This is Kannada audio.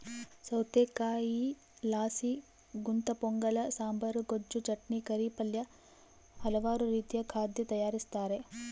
ಸೌತೆಕಾಯಿಲಾಸಿ ಗುಂತಪೊಂಗಲ ಸಾಂಬಾರ್, ಗೊಜ್ಜು, ಚಟ್ನಿ, ಕರಿ, ಪಲ್ಯ ಹಲವಾರು ರೀತಿಯ ಖಾದ್ಯ ತಯಾರಿಸ್ತಾರ